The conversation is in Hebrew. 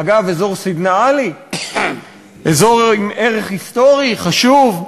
אגב, אזור סידנא-עלי, אזור עם ערך היסטורי חשוב,